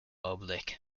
oblique